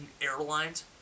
airlines